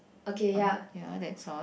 ya that's all